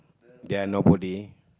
they are nobody